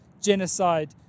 genocide